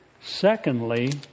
Secondly